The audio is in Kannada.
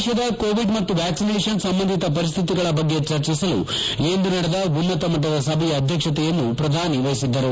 ದೇಶದ ಕೋವಿಡ್ ಮತ್ತು ವ್ಯಾಕ್ಲಿನೇಷನ್ ಸಂಬಂಧಿತ ಪರಿಸ್ಟಿತಿಗಳ ಬಗ್ಗೆ ಚರ್ಚಿಸಲು ಇಂದು ನಡೆದ ಉನ್ನತ ಮಟ್ಟದ ಸಭೆಯ ಅಧ್ಯಕ್ಷತೆಯನ್ನು ಪ್ರಧಾನಿ ವಹಿಸಿದ್ದರು